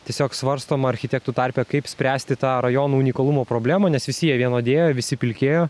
tiesiog svarstoma architektų tarpe kaip spręsti tą rajonų unikalumo problemą nes visi jie vienodėjo visi pilkėjo